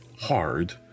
hard